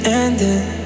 ending